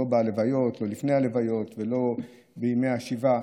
לא בלוויות ולפני הלוויות ולא בימי השבעה.